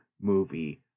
movie